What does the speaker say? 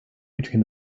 between